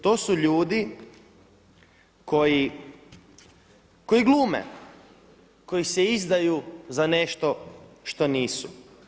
To su ljudi koji, koji glume, koji se izdaju za nešto što nisu.